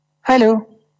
Hello